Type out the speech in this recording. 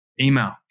email